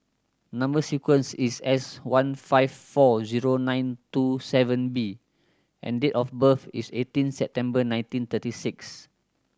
number sequence is S one five four zero nine two seven B and date of birth is eighteen September nineteen thirty six